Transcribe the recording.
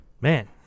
Man